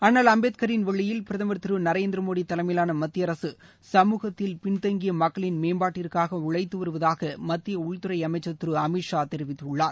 அண்ணல் அம்பேத்கரின் வழியில் பிரதமர் திரு நரேந்திரமோடி தலைமையிலான மத்திய அரக சமுகத்தில் பின்தங்கிய மக்களின் மேம்பாட்டிற்காக உழைத்து வருவதாக மத்திய உள்துறை அமைச்சர் திரு அமித் ஷா தெரிவித்துள்ளார்